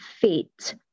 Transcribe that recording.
fit